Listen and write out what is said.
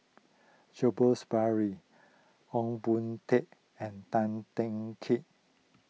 Jacobs Ballas Ong Boon Tat and Tan Teng Kee